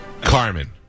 Carmen